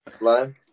Lime